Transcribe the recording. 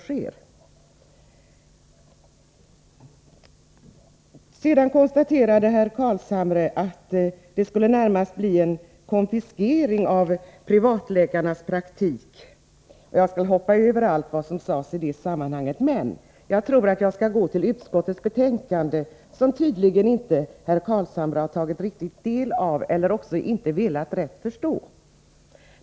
Sedan påstod herr Carlshamre att det skulle bli närmast en konfiskering av privatläkarnas praktiker. Jag skall hoppa över allt som sades i det sammanhanget. Jag tror att jag skall gå till utskottets betänkande, som tydligen herr Carlshamre inte riktigt har tagit del av, eller inte velat rätt förstå.